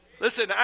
listen